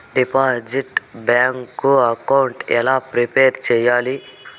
Digital bank account ఎలా prepare సెయ్యాలి?